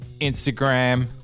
Instagram